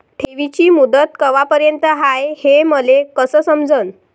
ठेवीची मुदत कवापर्यंत हाय हे मले कस समजन?